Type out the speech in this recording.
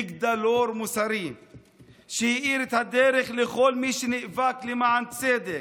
מגדלור מוסרי שהאיר את הדרך לכל מי שנאבק למען צדק,